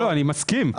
אני מסכים,